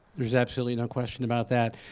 there's absolutely no question about that.